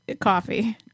coffee